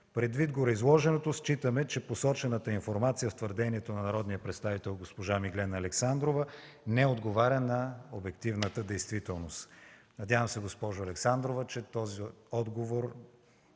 Предвид гореизложеното считаме, че посочената информация в твърдението на народния представител госпожа Миглена Александрова не отговаря на обективната действителност. Надявам се, госпожо Александрова, че този отговор